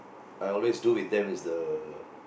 I always do with them is the